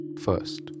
first